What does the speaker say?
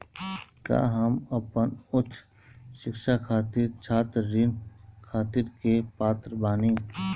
का हम अपन उच्च शिक्षा खातिर छात्र ऋण खातिर के पात्र बानी?